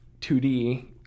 2D